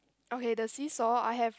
okay the see saw I have